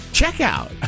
checkout